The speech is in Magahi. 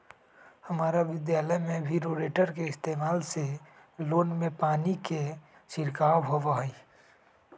हम्मर विद्यालय में भी रोटेटर के इस्तेमाल से लोन में पानी के छिड़काव होबा हई